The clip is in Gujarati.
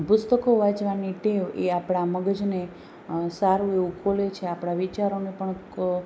પુસ્તકો વાંચવાની ટેવ એ આપણા મગજને સારું એવું ખોલે અને આપણા વિચારોને પણ